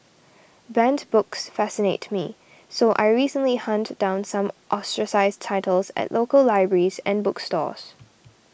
banned books fascinate me so I recently hunted down some ostracised titles at local libraries and bookstores